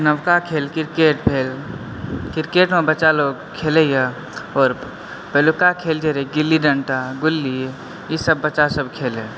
नबका खेल क्रिकेट भेल क्रिकेट मे बच्चा लोग खेलैए और पहिलुक्का खेल जे रहै गिल्ली डण्टा गुल्ली ई सब बच्चा सब खेलए